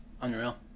Unreal